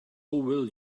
will